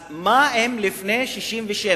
אז מה עם לפני 1967?